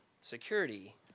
security